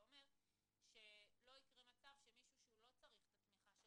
זה אומר שלא יקרה מצב שמי שלא צריך את התמיכה של